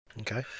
Okay